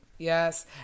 yes